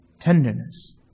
Tenderness